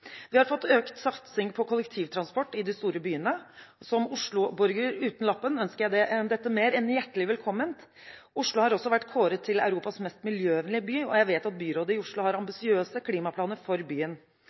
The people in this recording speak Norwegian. Vi har fått økt satsing på kollektivtransport i de store byene. Som Oslo-borger uten «lappen» ønsker jeg dette mer enn hjertelig velkommen. Oslo har også vært kåret til Europas mest miljøvennlige by, og jeg vet at byrådet i Oslo har